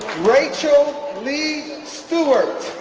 rachel lee stuart